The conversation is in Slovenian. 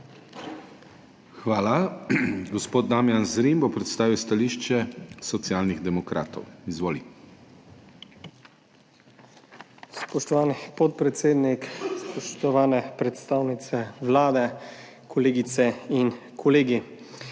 Hvala. Gospod Damijan Zrim bo predstavil stališče Socialnih demokratov. Izvoli. **DAMIJAN ZRIM (PS SD):** Spoštovani podpredsednik, spoštovane predstavnice Vlade, kolegice in kolegi!